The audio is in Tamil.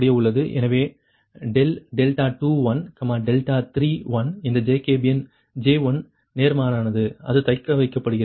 எனவே ∆2 δ3இந்த ஜேக்கபியன் J1 நேர்மாறானது அது தக்கவைக்கப்படுகிறது